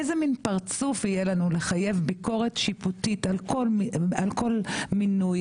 איזה מין פרצוף יהיה לנו לחייב ביקורת שיפוטית על כל על כל מינוי,